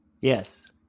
yes